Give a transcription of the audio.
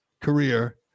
career